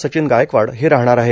सचिन गायकवाड हे राहणार आहे